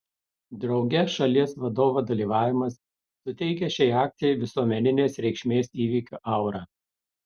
drauge šalies vadovo dalyvavimas suteikia šiai akcijai visuomeninės reikšmės įvykio aurą